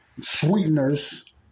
sweeteners